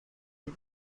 pre